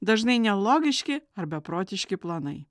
dažnai nelogiški ar beprotiški planai